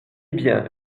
bien